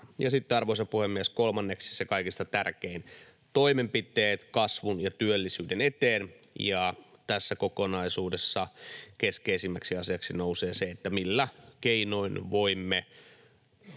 arvoisa puhemies, kolmanneksi se kaikista tärkein: toimenpiteet kasvun ja työllisyyden eteen. Tässä kokonaisuudessa keskeisimmäksi asiaksi nousee se, millä keinoin voimme